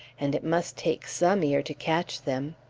and it must take some ear to catch them.